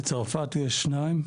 בצרפת יש שניים.